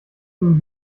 nun